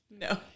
No